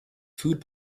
food